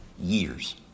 Years